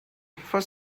for